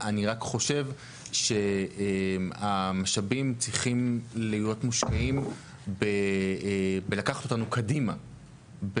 אני רק חושב שהמשאבים צריכים להיות מושקעים בלקחת אותנו קדימה,